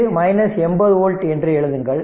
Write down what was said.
இது 80 வோல்ட் என்று எழுதுங்கள்